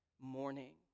morning